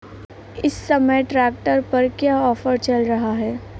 इस समय ट्रैक्टर पर क्या ऑफर चल रहा है?